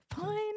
Fine